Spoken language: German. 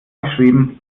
geschrieben